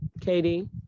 Katie